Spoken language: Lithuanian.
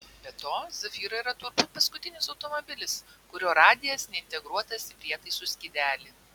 be to zafira yra turbūt paskutinis automobilis kurio radijas neintegruotas į prietaisų skydelį